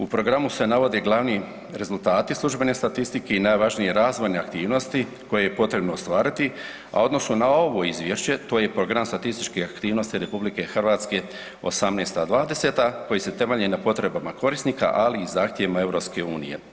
U programu se navode glavni rezultati služene statistike i najvažnije razvojne aktivnosti koje je potrebno ostvariti, a u odnosu na ovo izvješće to je Program statističkih aktivnosti RH '18.-'20. koji se temelji na potrebama korisnika ali i zahtjevima EU.